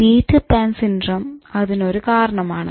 Peter Pan syndrome അതിനൊരു കാരണമാണ്